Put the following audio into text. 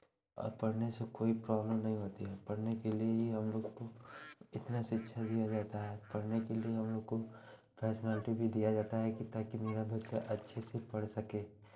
और पढ़ने से कोई प्रॉब्लम नहीं होती है पढ़ने के लिए ही हम लोग को इतना शिक्षा दिया जाता है पढ़ने के लिए हम लोगों को फैसिलिटी भी दिया जाता है ताकि मेरा बच्चा अच्छे से पढ़ सके